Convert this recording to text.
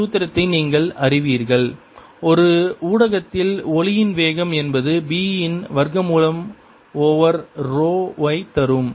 இந்த சூத்திரத்தை நீங்கள் அறிவீர்கள் ஒரு ஊடகத்தில் ஒலியின் வேகம் என்பது B இன் வர்க்கமூலம் ஓவர் ரோ ஐ தரும்